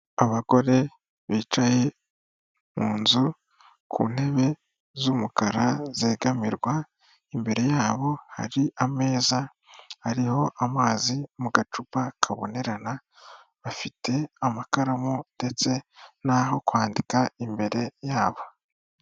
Abagore bicaye mu nzu ku ntebe z'umukara zegamirwa, imbere yabo hari ameza ariho amazi mu gacupa kabonerana, bafite amakaramu ndetse n'aho kwandika imbere yabo.